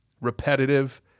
Repetitive